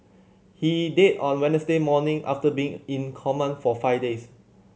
he died on Wednesday morning after been in coma for five days